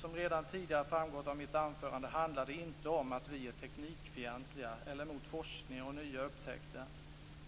Som redan tidigare framgått av mitt anförande handlar det inte om att vi är teknikfientliga eller emot forskning och nya upptäckter,